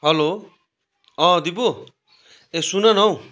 hello अँ दिपु ए सुन न हौ